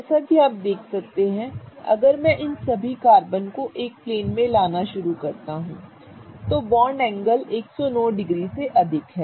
जैसा कि आप देख सकते हैं कि अगर में इन सभी कार्बन को एक प्लेन में लाना शुरू करता हूं बॉन्ड एंगल 109 डिग्री से अधिक है